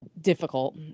difficult